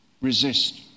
resist